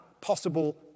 possible